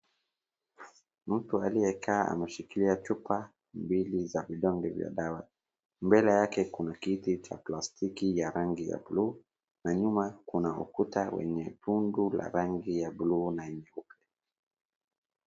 Mtu aliyekaa ameshikilia chupa mbili za vidonge vya dawa. Mbele yake kuna kiti cha plastiki ya rangi ya bluu na nyuma kuna ukuta wenye fumbu la rangi ya bluu na nyeupe.